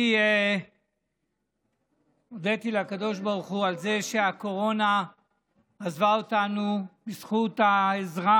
אני הודיתי לקדוש ברוך הוא על זה שהקורונה עזבה אותנו בזכות העזרה